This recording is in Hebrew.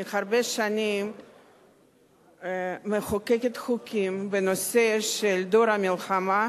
אני הרבה שנים מחוקקת חוקים בנושא של דור המלחמה,